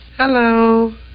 Hello